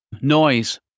noise